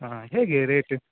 ಹಾಂ ಹೇಗೆ ರೇಟ್